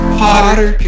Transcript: hotter